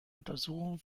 untersuchungen